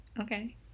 Okay